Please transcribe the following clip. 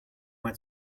went